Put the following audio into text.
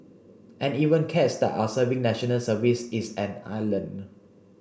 and even cats that are serving National Service is an island